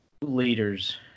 leaders